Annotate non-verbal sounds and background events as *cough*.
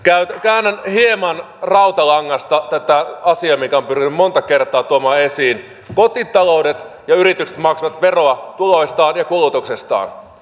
väännän hieman rautalangasta tätä asiaa minkä olen pyrkinyt monta kertaa tuomaan esiin kotitaloudet ja yritykset maksavat veroa tuloistaan ja kulutuksestaan *unintelligible*